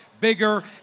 bigger